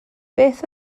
beth